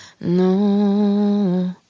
No